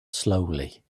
slowly